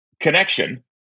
connection